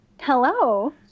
Hello